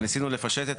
ניסינו לפשט,